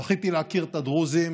זכיתי להכיר את הדרוזים